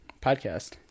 podcast